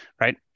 right